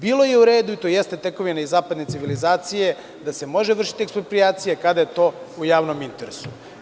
Bilo je uredu, i to jeste tekovina zapadne civilizacije, da se može vršiti eksproprijacija kada je to u javnom interesu.